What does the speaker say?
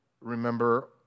remember